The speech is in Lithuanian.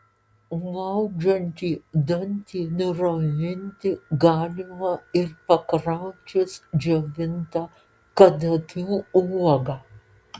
maudžiantį dantį nuraminti galima ir pakramčius džiovintą kadagių uogą